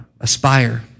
aspire